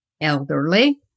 elderly